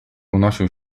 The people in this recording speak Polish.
unosił